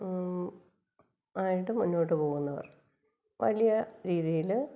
ആയിട്ട് മുന്നോട്ടു പോകുന്നവർ വലിയ രീതിയിൽ